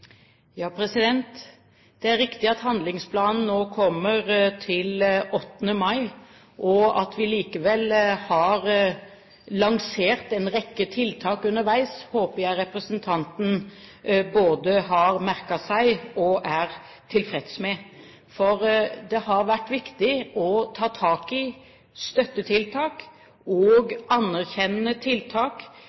Det er riktig at handlingsplanen nå kommer 8. mai. At vi likevel har lansert en rekke tiltak underveis, håper jeg representanten både har merket seg og er tilfreds med. Det har vært viktig å ta tak i støttetiltak og anerkjennende tiltak